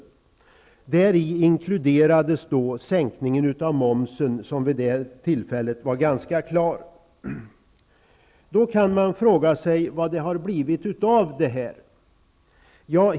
Däri inkluderades sänkningen av momsen, som vid det tillfället var ganska säker. Då kan man fråga sig vad det har blivit av detta.